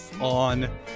on